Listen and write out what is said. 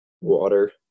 water